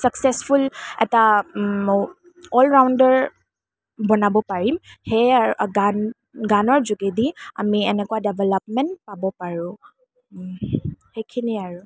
successful এটা allrounder বনাব পাৰিম সেয়ে গান গানৰ যোগেদি আমি এনেকুৱা ডেভেলপমেণ্ট পাব পাৰোঁ সেইখিনিয়েই আৰু